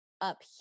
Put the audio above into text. up